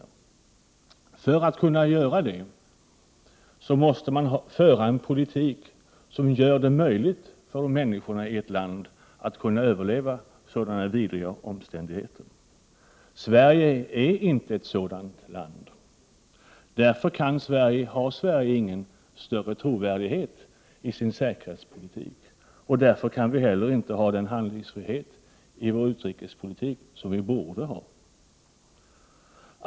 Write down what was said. För att kunna göra det måste man föra en politik, som gör det möjligt för människorna i landet att överleva sådana vidriga omständigheter. Sverige är inte ett sådant land. Därför har Sverige ingen större trovärdighet i sin säkerhetspolitik, och därför kan vi heller inte ha den handlingsfrihet i vår utrikespolitik som vi borde ha.